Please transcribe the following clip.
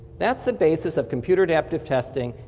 that's the basis of computer adaptive testing,